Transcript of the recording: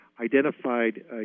Identified